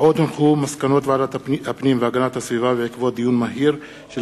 מסקנות ועדת הפנים והגנת הסביבה בעקבות דיון מהיר בנושא: